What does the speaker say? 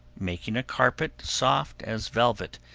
making a carpet soft as velvet,